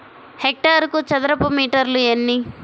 హెక్టారుకు చదరపు మీటర్లు ఎన్ని?